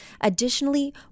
Additionally